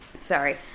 sorry